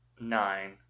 Nine